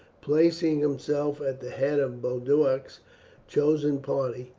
placing himself at the head of boduoc's chosen party,